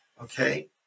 Okay